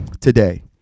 today